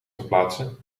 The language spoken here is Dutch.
verplaatsen